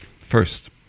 first